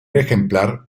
ejemplar